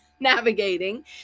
navigating